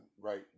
right